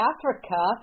Africa